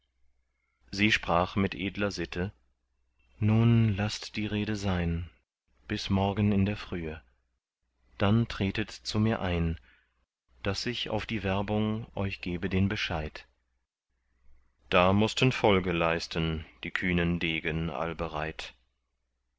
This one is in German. sie sprach mit edler sitte nun laßt die rede sein bis morgen in der frühe dann tretet zu mir ein daß ich auf die werbung euch gebe den bescheid da mußten folge leisten die kühnen degen allbereit